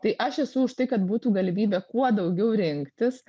tai aš esu už tai kad būtų galimybė kuo daugiau rinktis